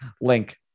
link